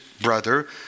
brother